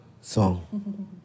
song